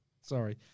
Sorry